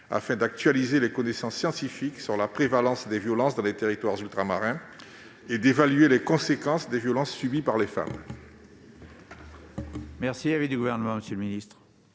afin d'actualiser les connaissances scientifiques sur la prévalence des violences dans les territoires ultramarins et d'évaluer les conséquences des violences subies par les femmes.